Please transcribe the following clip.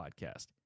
podcast